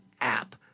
app